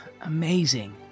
Amazing